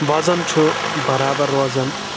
وزَن چھُ برابر روزَان